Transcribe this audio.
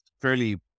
fairly